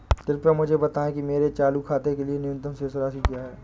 कृपया मुझे बताएं कि मेरे चालू खाते के लिए न्यूनतम शेष राशि क्या है?